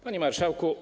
Panie Marszałku!